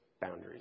boundaries